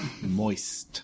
Moist